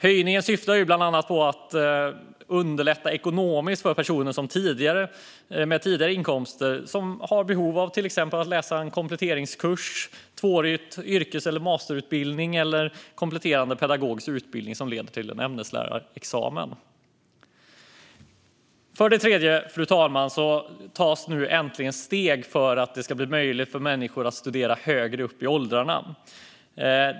Höjningen syftar bland annat till att underlätta ekonomiskt för personer med tidigare inkomster som har behov av att till exempel läsa en kompletteringskurs, en tvåårig yrkes eller masterutbildning eller en kompletterande pedagogisk utbildning som leder till en ämneslärarexamen. För det tredje, fru talman, tas det nu äntligen steg för att det ska bli möjligt för människor att studera högre upp i åldrarna.